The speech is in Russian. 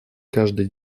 каждый